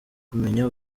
kumenya